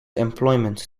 employment